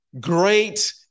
Great